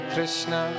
Krishna